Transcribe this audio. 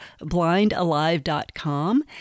blindalive.com